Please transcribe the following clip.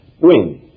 win